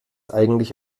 eigentlich